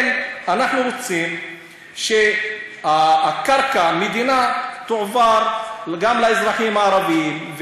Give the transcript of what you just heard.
אנחנו רוצים שקרקע המדינה תועבר גם לאזרחים הערבים,